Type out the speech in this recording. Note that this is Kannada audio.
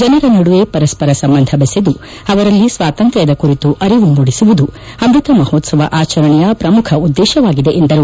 ಜನರ ನಡುವೆ ಪರಸ್ಲರ ಸಂಬಂಧ ಬೆಸೆದು ಅವರಲ್ಲಿ ಸ್ಲಾತಂತ್ರ್ ದ ಕುರಿತು ಅರಿವು ಮೂಡಿಸುವುದು ಅಮೃತ ಮಹೋತ್ಸವ ಆಚರಣೆಯ ಪ್ರಮುಖ ಉದ್ದೇಶವಾಗಿದೆ ಎಂದರು